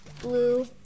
blue